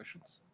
questions?